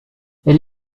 elle